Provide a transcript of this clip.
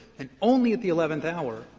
and only at the eleventh hour,